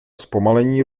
zpomalení